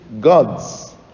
gods